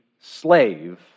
slave